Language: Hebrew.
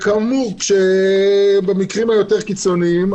כמו שהובהר קודם לוועדה,